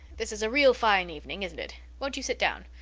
this is a real fine evening, isn't it? won't you sit down?